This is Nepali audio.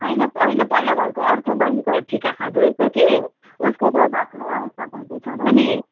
होइन होइन पल्लो घरको अर्को बैनीकोबाट ठिका खाँदो रहेछ कि उसको त बाक्लो आउँछ भन्दैछ र नि